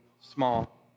small